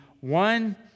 one